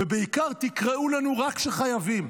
ובעיקר תקראו לנו רק כשחייבים,